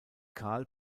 carl